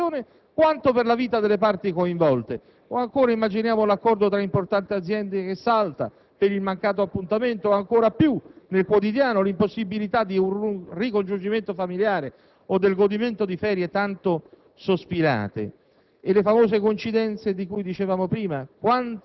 più per poter avere una nuova udienza, con un inevitabile nocumento tanto per la sua professione quanto per la vita delle parti coinvolte. O, ancora, immaginiamo l'accordo tra importanti aziende che salta per il mancato appuntamento o, ancor più, nel quotidiano, l'impossibilità di un ricongiungimento familiare o del godimento di ferie tanto